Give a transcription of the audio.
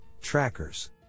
trackers